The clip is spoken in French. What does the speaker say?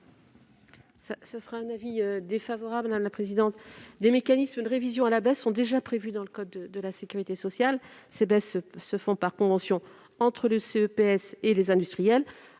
est l'avis de la commission ? Des mécanismes de révision à la baisse sont déjà prévus dans le code de la sécurité sociale. Ces baisses se font par convention entre le CEPS et les industriels